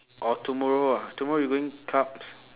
or tomorrow ah tomorrow you going clubs